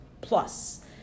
Plus